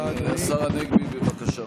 השר הנגבי, בבקשה.